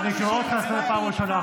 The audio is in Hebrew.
אני קורא אותך לסדר פעם ראשונה,